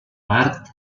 part